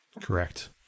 Correct